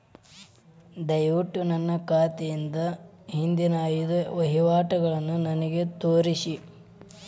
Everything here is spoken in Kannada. ದಯವಿಟ್ಟು ನನ್ನ ಖಾತೆಯಿಂದ ಹಿಂದಿನ ಐದು ವಹಿವಾಟುಗಳನ್ನು ನನಗೆ ತೋರಿಸಿ